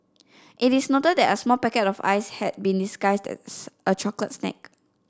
it is noted that a small packet of ice had been disguised as a chocolate snack